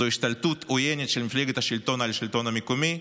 זוהי השתלטות עוינת של מפלגת השלטון על השלטון המקומי,